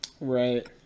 right